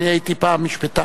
אני הייתי פעם משפטן.